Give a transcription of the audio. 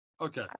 Okay